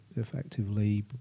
effectively